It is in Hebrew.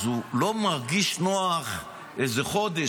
אז הוא מרגיש לא נוח איזה חודש,